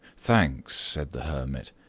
thanks! said the hermit,